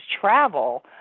travel